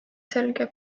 selge